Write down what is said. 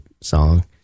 song